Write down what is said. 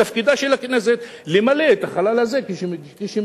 תפקידה של הכנסת למלא את החלל הזה כשמגלים,